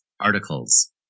Articles